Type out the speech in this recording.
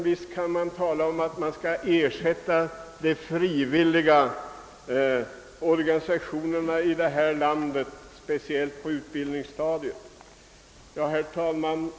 Visst kan man tala om att de frivilliga organisationerna bör få ersättning speciellt för den utbildning de ger.